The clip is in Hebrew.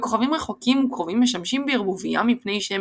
וכוכבים רחוקים וקרובים משמשים בערבוביה מפני שהם